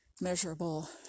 measurable